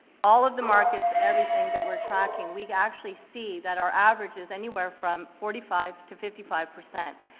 all of the markets, everything that we're tracking, we actually see that our average is anywhere from forty five to fifty five percent.